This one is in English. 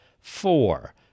Four